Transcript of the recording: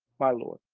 by law.